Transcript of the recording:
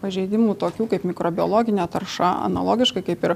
pažeidimų tokių kaip mikrobiologinė tarša analogiška kaip ir